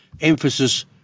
emphasis